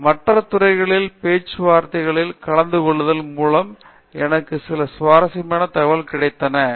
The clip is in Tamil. நிர்மலா மற்ற துறைகளில் பேச்சுவார்த்தைகளில் கலந்துகொள்வதன் மூலம் எனக்கு சில சுவாரசியமான தகவல்கள் கிடைத்தன